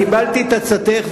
קיבלתי את עצתך,